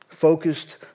Focused